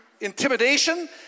intimidation